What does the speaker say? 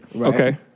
Okay